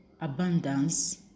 abundance